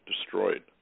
destroyed